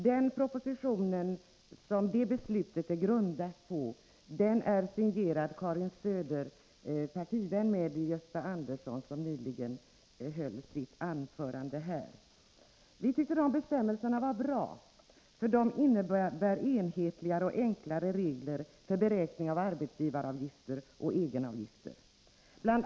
Den proposition som det beslutet är grundat på är signerad Karin Söder, partivän till Gösta Andersson som nyss höll sitt anförande här. Vi tycker de bestämmelserna var bra, för de innebär enhetligare och enklare regler för beräkning av arbetsgivaravgifter och egenavgifter. Bl.